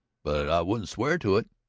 but i wouldn't swear to it.